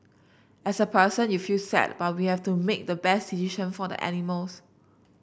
as a person you feel sad but we have to make the best decision for the animals